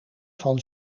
van